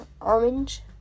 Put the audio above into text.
orange